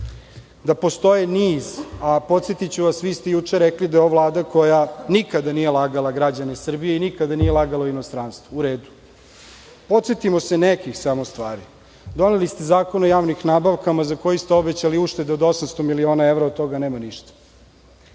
da postoji niz, a podsetiću vas, vi ste juče rekli da je ovo Vlada koja nikada nije lagala građane Srbije, i nikada nije lagala u inostranstvu, u redu. Podsetimo se samo nekih stvari. Doneli ste Zakon o javnim nabavkama za koji ste obećali uštede od 800 miliona evra. Od toga nema ništa.